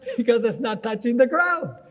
because it's not touching the ground.